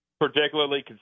Particularly